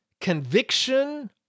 conviction